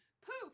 Poof